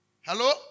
Hello